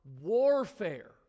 warfare